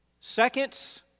Seconds